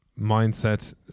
mindset